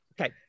Okay